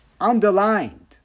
Underlined